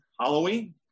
Halloween